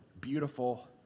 beautiful